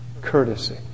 courtesy